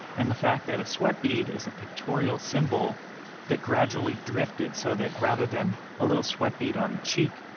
and the fact that a sweat bead is a pictorial symbol that gradually drifted so that rather than a little sweat bead on cheek,